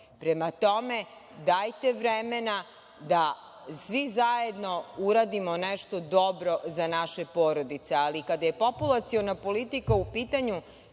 bolji. Prema tome, dajete vremena da svi zajedno uradimo nešto dobro za naše porodice. Ali, kada je populaciona politika u pitanju,